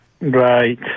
Right